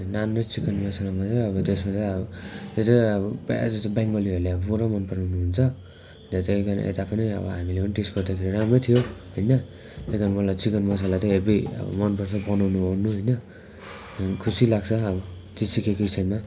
नान र चिकन मसलामा चाहिँ अब त्यस्मा चाहिँ अब त्यो चाहिँ अब प्रायः जस्तो बङ्गालीहरूले पुरा मन पराउनुहुन्छ त्यही कारणले यता पनि हामीले पनि टेस्ट गर्दाखेरि राम्रै थियो त्यही कारणले गर्दा मलाई चिकन मसला चाहिँ हेभी मनपर्छ बनाउनु ओर्नु होइन खुसी लाग्छ अब